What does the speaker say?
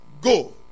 Go